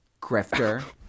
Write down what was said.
Grifter